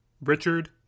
Richard